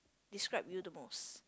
describe you the most